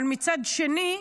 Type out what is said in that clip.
אבל מצד שני,